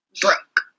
broke